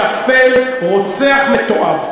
שפל, רוצח מתועב,